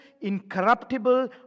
incorruptible